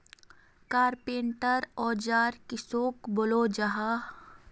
Carpenter औजार किसोक बोलो जाहा?